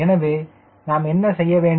எனவே என்ன செய்ய வேண்டும்